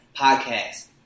Podcast